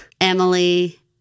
Emily